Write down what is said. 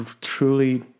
truly